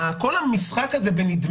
פחד זו תחושה לא רציונאלית, פחד זה דבר משתק.